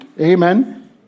amen